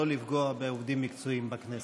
לא לפגוע בעובדים מקצועיים בכנסת.